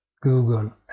Google